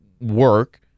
work